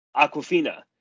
Aquafina